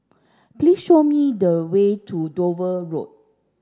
please show me the way to Dover Road